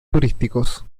turísticos